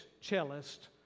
cellist